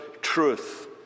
truth